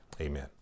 amen